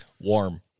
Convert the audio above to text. Warm